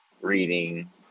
reading